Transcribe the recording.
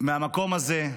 מהמקום הזה,